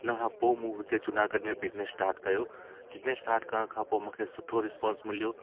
हुनखां पोइ मूं हुते जूनागढ़ में बिज़नस स्टाट कयो बिज़नस स्टाट करण खां पोइ मूंखे सुठो रिस्पॉन्स मिलियो